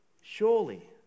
Surely